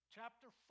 Chapter